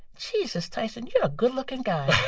jesus, tyson, you're a good-looking guy